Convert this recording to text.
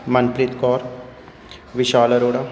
Manpreet Kaur Vishal Arora